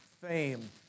fame